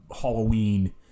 Halloween